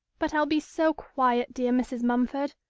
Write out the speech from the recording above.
but i'll be so quiet, dear mrs. mumford.